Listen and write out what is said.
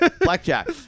Blackjack